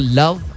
love